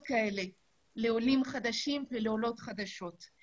לעולים חדשים ולעולות חדשות אפשרויות כאלה.